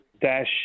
dash